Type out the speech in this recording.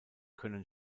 können